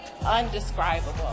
undescribable